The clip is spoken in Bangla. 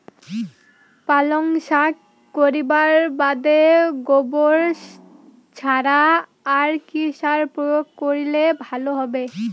পালং শাক করিবার বাদে গোবর ছাড়া আর কি সার প্রয়োগ করিলে ভালো হবে?